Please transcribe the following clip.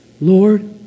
Lord